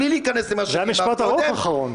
בלי להיכנס -- זה היה משפט אחרון ארוך.